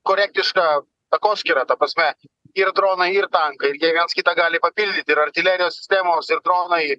korektiška takoskyra ta prasme ir dronai ir tankai vienas kitą gali papildyti ir artilerijos sistemos ir dronai